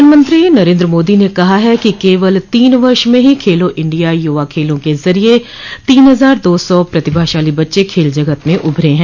प्रधानमंत्री नरेन्द्र मोदी ने कहा है कि केवल तीन वर्ष में ही खेलो इंडिया युवा खेलों के जरिए तीन हजार दो सौ प्रतिभाशाली बच्चे खेल जगत में उभरे हैं